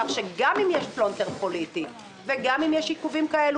כך שגם אם יש פלונטר פוליטי וגם אם יש עיכובים כאלה